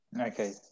Okay